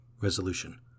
Resolution